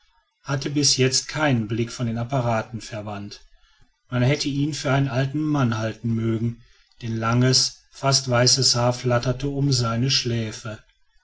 hatte bis jetzt keinen blick von den apparaten verwandt man hätte ihn für einen alten mann halten mögen denn langes fast weißes haar flatterte um seine schläfe